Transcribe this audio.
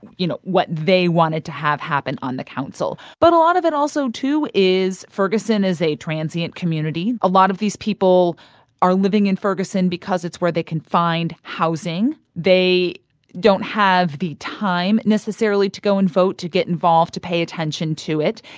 you know, what they wanted to have happen on the council. but a lot of it also, too, is ferguson is a transient community. a lot of these people are living in ferguson because it's where they can find housing. they don't have the time, necessarily, to go and vote to get involved, to pay attention to it.